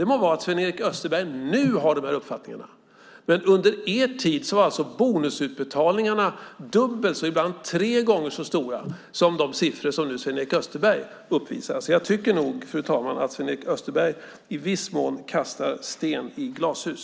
Det må vara att Sven-Erik Österberg nu har de här uppfattningarna, men under er tid var alltså bonusutbetalningarna dubbelt och ibland tre gånger så stora som de som Sven-Erik Österberg nu tar upp. Jag tycker nog, fru talman, att Sven-Erik Österberg i viss mån kastar sten i glashus.